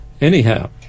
Anyhow